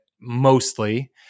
mostly